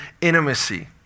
intimacy